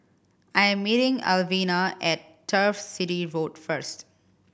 I am meeting Alwina at Turf City Road first